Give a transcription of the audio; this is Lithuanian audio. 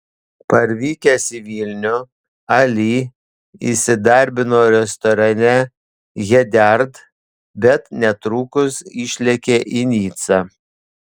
parvykęs į vilnių ali įsidarbino restorane hediard bet netrukus išlėkė į nicą